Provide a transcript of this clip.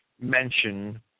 mention